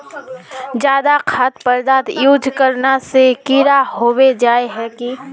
ज्यादा खाद पदार्थ यूज करना से भी कीड़ा होबे जाए है की?